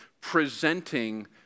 presenting